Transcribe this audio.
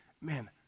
Man